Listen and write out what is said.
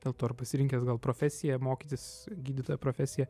dėl to ir pasirinkęs profesiją mokytis gydytojo profesiją